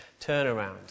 turnaround